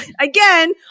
again